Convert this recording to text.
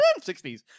60s